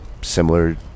similar